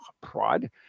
prod